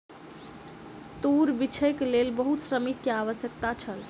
तूर बीछैक लेल बहुत श्रमिक के आवश्यकता छल